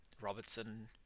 Robertson